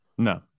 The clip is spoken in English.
No